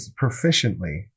Proficiently